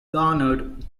garnered